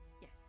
Yes